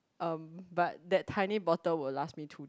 um but that tiny bottle will last me two day